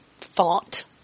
thought